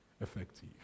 effective